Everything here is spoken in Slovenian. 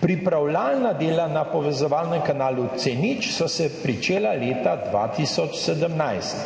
Pripravljalna dela na povezovalnem kanalu C0 so se pričela leta 2017.